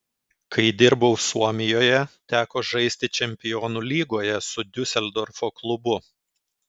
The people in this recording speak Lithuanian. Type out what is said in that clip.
kai dirbau suomijoje teko žaisti čempionų lygoje su diuseldorfo klubu